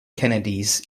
kennedys